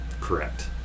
Correct